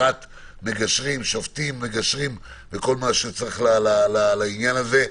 שם המשחק הוא הכשרת מגשרים וכל מה שצריך לעניין הזה.